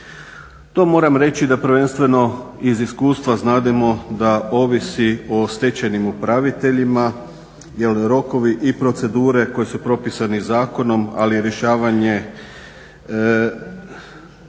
To moram reći da prvenstveno iz iskustva znademo da ovisi o stečajnim upraviteljima jer rokovi i procedure koji su propisani zakonom ali rješavanje